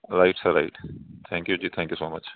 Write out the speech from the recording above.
right sir right thank you ji thank you so much